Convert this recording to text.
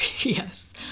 Yes